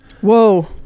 Whoa